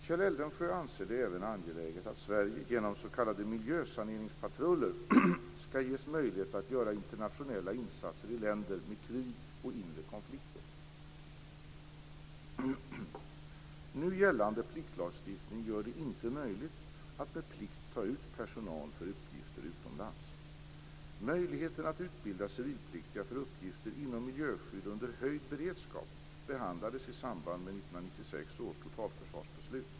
Kjell Eldensjö anser det även angeläget att Sverige genom s.k. miljösaneringspatruller skall ges möjlighet att göra internationella insatser i länder med krig och inre konflikter. Nu gällande pliktlagstiftning gör det inte möjligt att med plikt ta ut personal för uppgifter utomlands. 112).